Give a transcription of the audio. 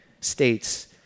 states